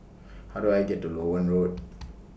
How Do I get to Loewen Road